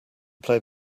play